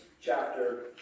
chapter